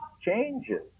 changes